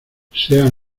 sean